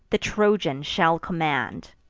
the trojan shall command,